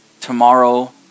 tomorrow